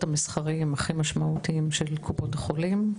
המסחריים הכי משמעותיים של קופות החולים.